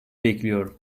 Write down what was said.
bekliyor